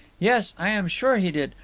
yes, i am sure he did,